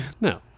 No